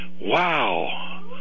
Wow